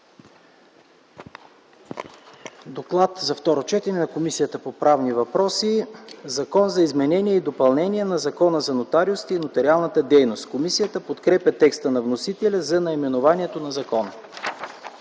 председател. „ДОКЛАД на Комисията по правни въпроси Закон за изменение и допълнение на Закона за нотариусите и нотариалната дейност” Комисията подкрепя текста на вносителя за наименованието на закона.